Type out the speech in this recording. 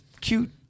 cute